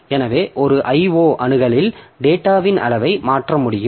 எனவே ஒரு IO அணுகலில் டேட்டாவின் அளவை மாற்ற முடியும்